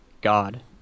God